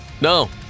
No